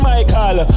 Michael